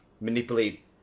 manipulate